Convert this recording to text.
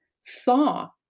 saw